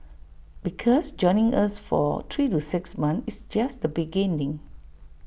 because joining us for three to six months is just the beginning